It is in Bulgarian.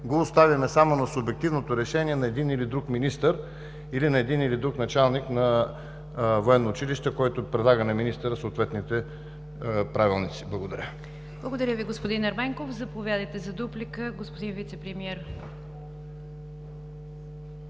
го оставим само на субективното решение на един или друг министър, или на един или друг началник на военно училище, който предлага на министъра съответните правилници? Благодаря. ПРЕДСЕДАТЕЛ НИГЯР ДЖАФЕР: Благодаря Ви, господин Ерменков. Заповядайте за дуплика, господин Вицепремиер.